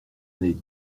nez